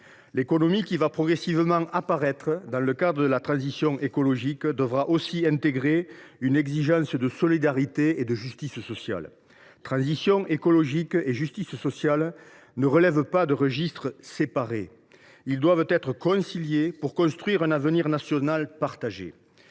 L’économie qui va progressivement apparaître dans le cadre de la transition écologique devra aussi intégrer une exigence de solidarité et de justice sociale. Transition écologique et justice sociale ne relèvent pas de registres séparés ; elles doivent être conciliées pour construire un avenir national partagé.